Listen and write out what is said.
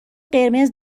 قرمز